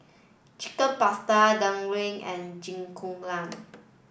Chicken Pasta and Jingisukan